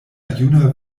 juna